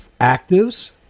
actives